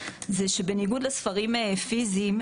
זה שבניגוד לספרים פיזיים,